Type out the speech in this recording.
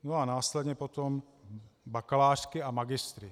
A následně potom bakalářky a magistry.